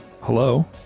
hello